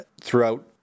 throughout